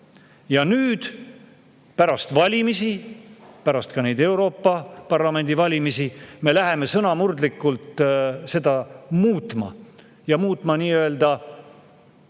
Ja nüüd, pärast valimisi, pärast ka neid Euroopa Parlamendi valimisi, me läheme sõnamurdlikult seda muutma, ja muutma, ütleme